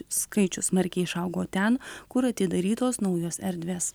skaičius smarkiai išaugo ten kur atidarytos naujos erdvės